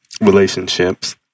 Relationships